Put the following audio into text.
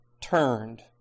turned